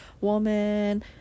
woman